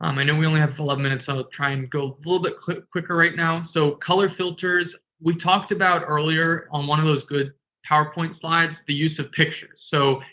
um i know we only have eleven minutes, so i'll try and go a little bit quicker quicker right now. so, color filters. we talked about earlier on one of those good powerpoint slides the use of pictures. so,